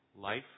life